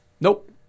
nope